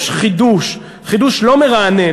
יש חידוש לא מרענן,